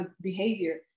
behavior